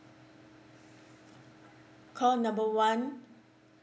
call number one